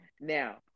Now